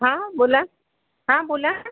हा बोला हा बोला